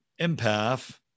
Empath